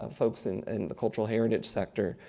ah folks in and the cultural heritage sector,